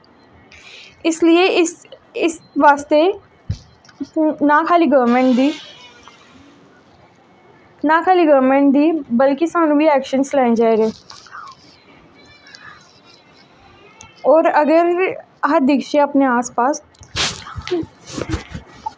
इसलिए इस इस बास्तै ना खाल्ली गौरमैंट दी ना खाल्ली गौरमैंट दी बल्कि सानू बी ऐक्शन्स लैने चाहिदे और अगर अस दिखचै अपने आस पास